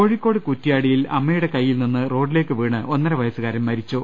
കോഴിക്കോട് കുറ്റ്യാടിയിൽ അമ്മയുടെ കൈയിൽ നിന്ന് റോഡി ലേക്ക് വീണ് ഒന്നര വയസ്സുകാരൻ മരിച്ചു